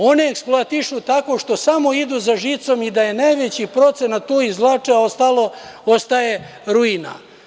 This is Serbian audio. One eksploatišu tako što samo idu za žicom gde je najveći procenat, tu izvlače, a ostalo ostaje ruina.